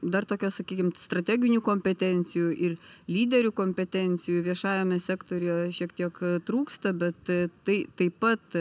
dar tokio sakykim strateginių kompetencijų ir lyderių kompetencijų viešajame sektoriuje šiek tiek trūksta bet tai taip pat